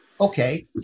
Okay